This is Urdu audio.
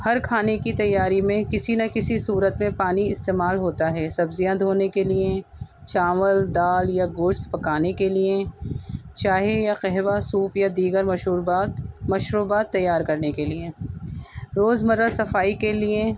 ہر کھانے کی تیاری میں کسی نہ کسی صورت میں پانی استعمال ہوتا ہے سبزیاں دھونے کے لیے چاول دال یا گوشت پکانے کے لیے چائے یا قہوہ سوپ یا دیگر مشوربات مشروبات تیار کرنے کے لیے روز مرہ صفائی کے لیے